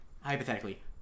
hypothetically